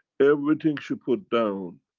everything she put down,